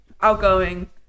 Outgoing